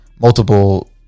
multiple